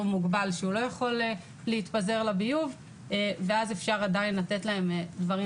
מוגבל שהוא לא יכול להתפזר לביוב ואז אפשר עדיין לתת להם דברים